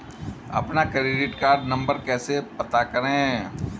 अपना credit card number कैसे पता करें?